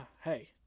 Hey